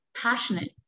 passionate